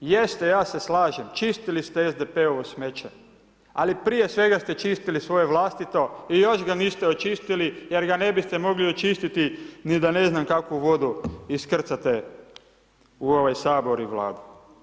Jeste, ja se slažem, čistili ste SDP-ovo smeće, ali prije svega ste čistili svoje vlastito i još ga niste očistili jer ga ne biste mogli očistiti ni da ne znam kakvu vodu iskrcate u ovaj Sabor i Vladu.